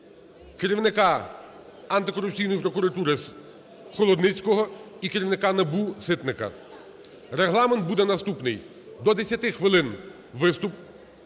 керівника Антикорупційної прокуратури Холодницького і керівника НАБУ Ситника. Регламент буде наступний: до 10 хвилин – виступ,